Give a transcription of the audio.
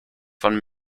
von